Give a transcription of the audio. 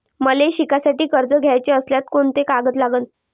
मले शिकासाठी कर्ज घ्याचं असल्यास कोंते कागद लागन?